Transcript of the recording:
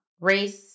Race